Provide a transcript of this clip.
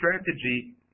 strategy